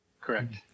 Correct